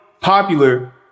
popular